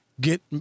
get